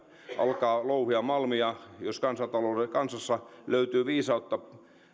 alkaa louhia malmia jos kansassa löytyy viisautta